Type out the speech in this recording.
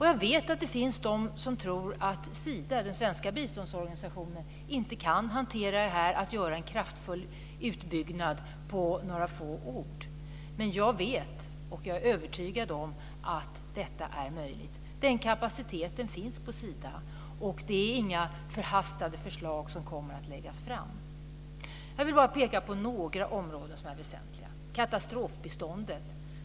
Jag vet att det finns de som tror att Sida, den svenska biståndsorganisationen, inte kan göra en kraftfull utbyggnad på några få år. Men jag är övertygad om att detta är möjligt. Den kapaciteten finns på Sida, och det är inga förhastade förslag som kommer att läggas fram. Jag vill bara peka på några områden som är väsentliga. Katastrofbiståndet är ett.